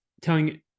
telling